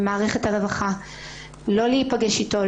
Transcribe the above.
ממערכת הרווחה לא להיפגש איתו,